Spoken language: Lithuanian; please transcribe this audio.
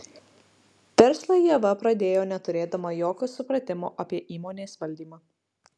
verslą ieva pradėjo neturėdama jokio supratimo apie įmonės valdymą